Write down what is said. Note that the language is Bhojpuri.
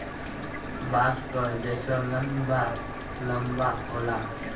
बाँस क जैसन लंबा लम्बा होला